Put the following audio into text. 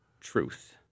truth